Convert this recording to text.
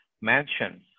mansion